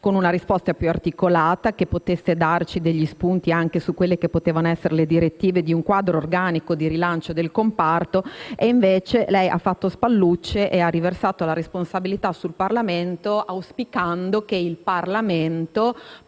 con una risposta più articolata, che potesse darci spunti anche sulle direttive di un quadro organico di rilancio del comparto. Invece lei ha fatto spallucce e ha riversato la responsabilità sul Parlamento, auspicando che lo stesso